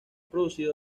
producido